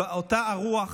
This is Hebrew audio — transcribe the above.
ואותה רוח